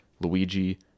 Luigi